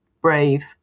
brave